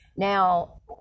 Now